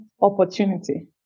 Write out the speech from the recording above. opportunity